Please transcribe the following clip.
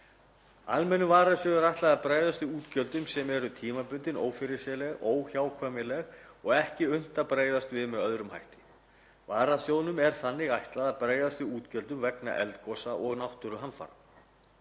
Almennum varasjóði er ætlað að bregðast við útgjöldum sem eru tímabundin, ófyrirsjáanleg, óhjákvæmileg og ekki unnt að bregðast við með öðrum hætti. Varasjóðnum er þannig ætlað að bregðast við útgjöldum vegna eldgosa og náttúruhamfara.